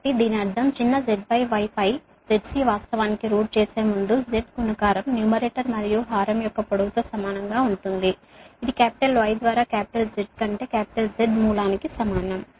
కాబట్టి దీని అర్థం చిన్న zy పై ZC వాస్తవానికి వర్గంరూట్ చేసే ముందు z గుణకారం న్యూమరేటర్ మరియు హారం యొక్క పొడవు తో సమానంగా ఉంటుంది ఇది Y ద్వారా Z కంటే Z వర్గ మూలానికి సమానం